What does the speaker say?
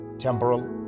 temporal